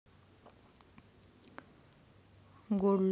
gold loan हा सुरक्षित कर्जाचा प्रकार आहे